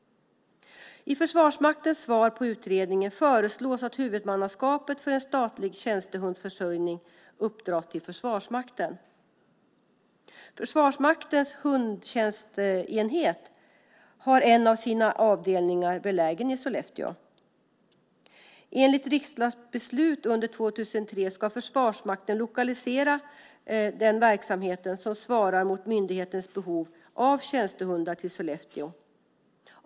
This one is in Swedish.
I Försvarsmaktens svar på utredningen föreslås att huvudmannaskapet för en statlig tjänstehundsförsörjning uppdras åt Försvarsmakten. Försvarsmaktens hundstjänstenhet har en av sina avdelningar belägen i Sollefteå. Enligt riksdagsbeslut 2003 ska Försvarsmakten lokalisera den verksamhet som svarar mot myndighetens behov av tjänstehundar till Sollefteå.